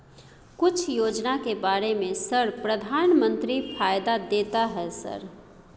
कुछ योजना के बारे में सर प्रधानमंत्री फायदा देता है सर?